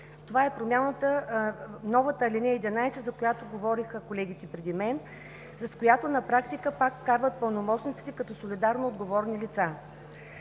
Това е промяната в новата ал. 11, за която говориха колегите преди мен. С нея на практика пак вкарват пълномощниците като солидарно отговорни лица.